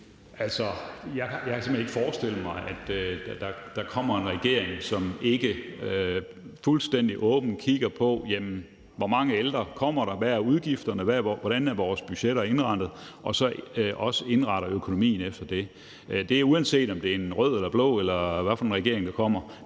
hen ikke forestille mig, at der kommer en regering, som ikke fuldstændig åbent kigger på, hvor mange ældre der kommer, hvad udgifterne er, hvordan vores budgetter er indrettet, og så også indretter økonomien efter det. Det er, uanset om det er en rød eller blå, eller hvad for en regering der kommer.